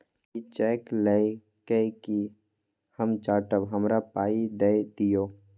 इ चैक लए कय कि हम चाटब? हमरा पाइ दए दियौ